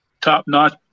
top-notch